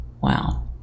Wow